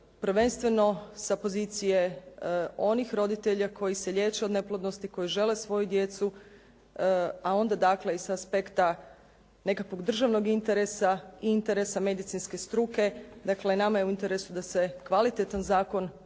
prvenstveno sa pozicije onih roditelja koji se liječe od neplodnosti, koji žele svoju djecu, a onda dakle i sa aspekta nekakvog državnog interesa i interesa medicinske struke. Dakle nama je u interesu da se kvalitetan zakon donese